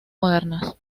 modernas